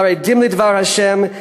חרדים לדבר השם,